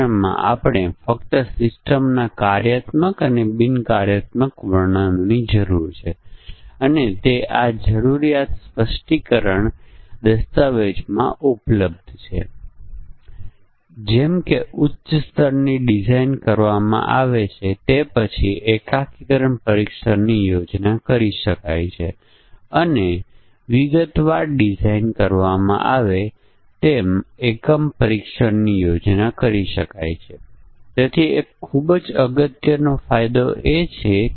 તેથી આપણે દાખલ કરેલી વિશિષ્ટ પરિસ્થિતિઓ માટે આપણે દાખલ કરેલી વિશિષ્ટ શરતોના મૂલ્યો પ્રોગ્રામ દર્શાવે છે કે કઈ ક્રિયા થવી જોઈએ અને પછી આપણે શરતોના તમામ સંભવિત સંયોજનો પર વિચાર કરવો પડશે કારણ કે વપરાશકર્તા કોઈપણ સંભવિત સંયોજનો દાખલ કરી શકે છે પ્રિંટર પ્રિન્ટ કરતું નથી અને પ્રિંટરને ઓળખતું નથી અથવા ત્રણેય હોઈ શકે છે